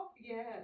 Yes